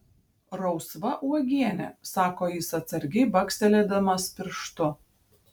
rausva uogienė sako jis atsargiai bakstelėdamas pirštu